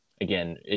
again